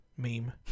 Meme